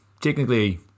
technically